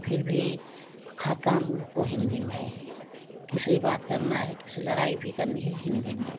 फिर भी काम हो हिन्दी में किसी बात करना है किसी लड़ाई भी करनी है हिन्दी में